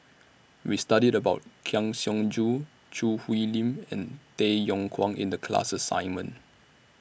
We studied about Kang Siong Joo Choo Hwee Lim and Tay Yong Kwang in The class assignment